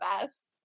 best